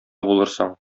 булырсың